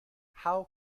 how